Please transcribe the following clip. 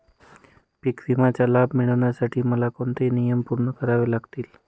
पीक विम्याचा लाभ मिळण्यासाठी मला कोणते नियम पूर्ण करावे लागतील?